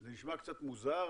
זה נשמע קצת מוזר,